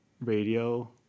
radio